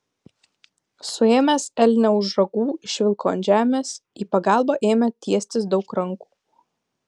suėmęs elnią už ragų išvilko ant žemės į pagalbą ėmė tiestis daug rankų